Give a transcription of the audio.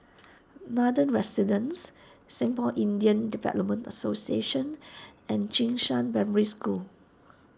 Nathan Residences Singpore Indian Development Association and Jing Shan Primary School